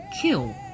kill